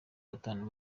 batanu